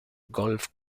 golf